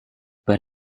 but